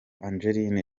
angelina